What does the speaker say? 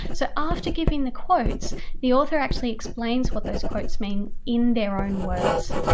so after giving the quotes the author actually explains what those quotes mean in their own words.